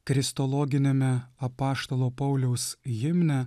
kristologiniame apaštalo pauliaus himne